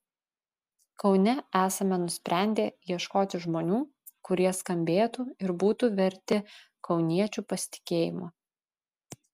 kaune esame nusprendę ieškoti žmonių kurie skambėtų ir būtų verti kauniečių pasitikėjimo